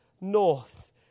north